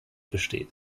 besteht